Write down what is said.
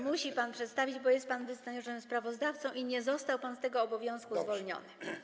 Musi pan przedstawić, bo jest pan wyznaczonym sprawozdawcą i nie został pan z tego obowiązku zwolniony.